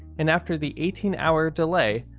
and after the eighteen hour delay,